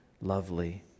lovely